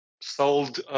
sold